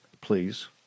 please